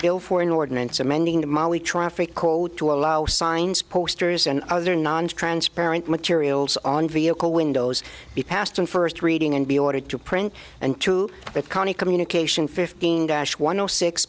bill for an ordinance amending the molly traffic cold to allow signs posters and other nontransparent materials on vehicle windows be passed on first reading and be ordered to print and to that county communication fifteen dash one zero six